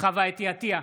חוה אתי עטייה,